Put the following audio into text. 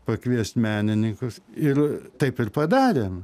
pakviest menininkus ir taip ir padarėm